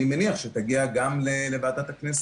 אני מניח שתגיע גם לוועדת הכנסת.